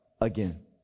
again